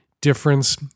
difference